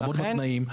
לעמוד בתנאים,